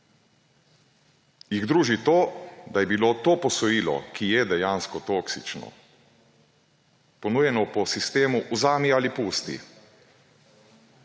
jih druži to, da je bilo to posojilo, ki je dejansko toksično, ponujeno po sistemu: vzemi ali pusti.